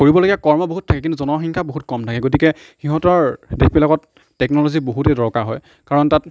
কৰিবলগীয়া কৰ্ম বহুত থাকে কিন্তু জনসংখ্যা বহুত কম থাকে গতিকে সিহঁতৰ দেশবিলাকত টেকন'লজি বহুতেই দৰকাৰ হয় কাৰণ তাত